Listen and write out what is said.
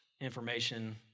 information